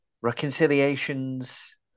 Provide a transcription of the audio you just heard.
reconciliations